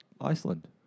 Iceland